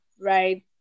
right